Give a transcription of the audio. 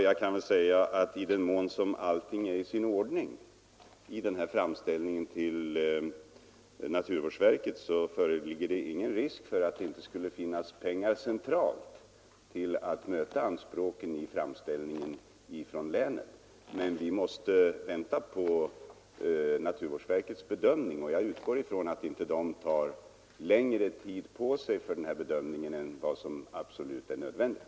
Jag kan säga att i den mån allting är i sin ordning i framställningen föreligger det ingen risk för att det inte skulle finnas pengar centralt till att möta anspråken i framställningen från länet. Men vi måste vänta på naturvårdsverkets bedömning, och jag utgår från att man där inte tar längre tid på sig för denna bedömning än vad som är absolut nödvändigt.